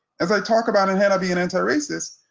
as i talked about in how to be an anti-racist,